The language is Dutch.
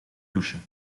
douche